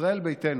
ישראל ביתנו,